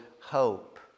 hope